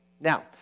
Now